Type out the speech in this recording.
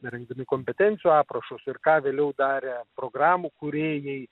rengdami kompetencijų aprašus ir ką vėliau darė programų kūrėjai